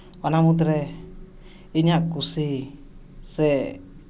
ᱚᱱᱟ ᱢᱩᱫᱽᱨᱮ ᱤᱧᱟᱹᱜ ᱠᱩᱥᱤ ᱥᱮ